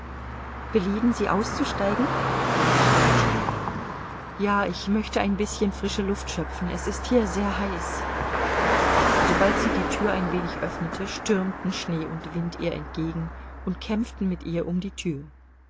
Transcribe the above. belieben sie auszusteigen fragte annuschka ja ich möchte ein bißchen frische luft schöpfen es ist hier sehr heiß sobald sie die tür ein wenig öffnete stürmten schnee und wind ihr entgegen und kämpften mit ihr um die tür